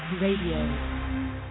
Radio